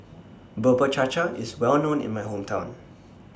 Bubur Cha Cha IS Well known in My Hometown